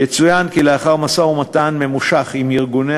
יצוין כי לאחר משא-ומתן ממושך עם ארגוני